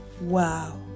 Wow